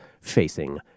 facing